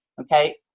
okay